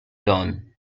done